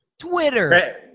Twitter